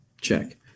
Check